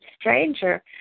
stranger